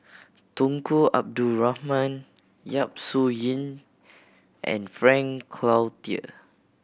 Tunku Abdul Rahman Yap Su Yin and Frank Cloutier